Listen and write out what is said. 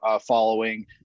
following